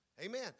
Amen